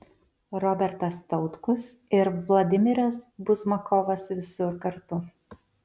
robertas tautkus ir vladimiras buzmakovas visur kartu